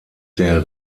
der